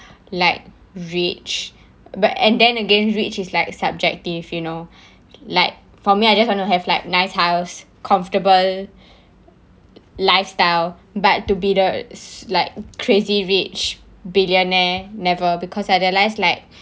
like rich but and then again rich is like subjective you know like for me I just want to have like nice house comfortable lifestyle but to be the like crazy rich billionaire never because I realise like